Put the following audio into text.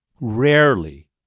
Rarely